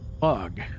bug